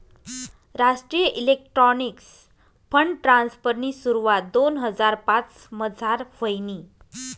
राष्ट्रीय electronics fund ट्रान्स्फरनी सुरवात दोन हजार पाचमझार व्हयनी